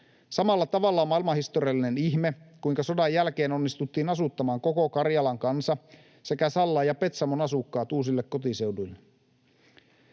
Samalla tavalla on maailmanhistoriallinen ihme, kuinka sodan jälkeen onnistuttiin asuttamaan koko Karjalan kansa sekä Sallan ja Petsamon asukkaat uusille kotiseuduille.